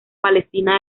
palestina